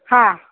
हा